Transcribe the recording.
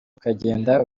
ukagenda